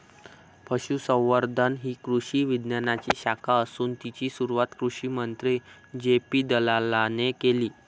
पशुसंवर्धन ही कृषी विज्ञानाची शाखा असून तिची सुरुवात कृषिमंत्री जे.पी दलालाने केले